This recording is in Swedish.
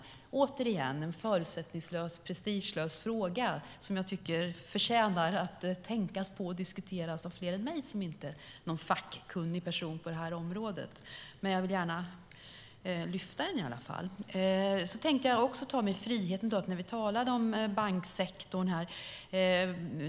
Det är återigen en förutsättningslös, prestigelös fråga som jag tycker förtjänar att tänkas på och diskuteras av flera än mig, som inte är någon fackkunnig person på det här området. Men jag vill i alla fall lyfta frågan. Jag tänkte också ta mig en frihet, när vi nu talar om banksektorn.